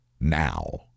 now